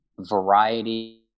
variety